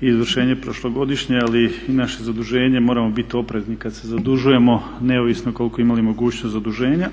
izvršenje prošlogodišnje ali i naše zaduženje moramo biti oprezni kada se zadužujemo neovisno koliko imali mogućnost zaduženja.